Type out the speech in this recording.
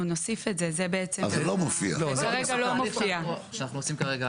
וממש לא היה שום הכרח לעשות את זה והיא חושבת שצריך לחזור לתכנון